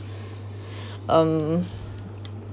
um